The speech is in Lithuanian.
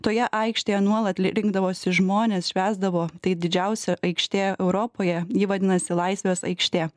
toje aikštėje nuolat rinkdavosi žmonės švęsdavo tai didžiausia aikštė europoje ji vadinasi laisvės aikštė